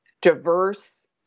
diverse